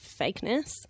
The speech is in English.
fakeness